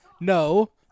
No